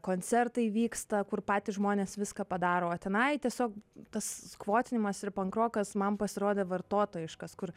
koncertai vyksta kur patys žmonės viską padaro o tenai tiesiog tas skvotinimas ir pankrokas man pasirodė vartotojiškas kur